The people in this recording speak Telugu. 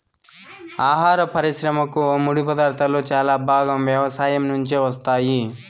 ఆహార పరిశ్రమకు ముడిపదార్థాలు చాలా భాగం వ్యవసాయం నుంచే వస్తాయి